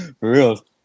real